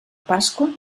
pasqua